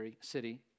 city